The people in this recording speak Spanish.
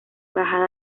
bajada